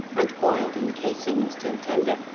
and boiled in casings, till tender,